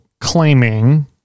claiming